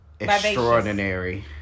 Extraordinary